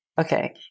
Okay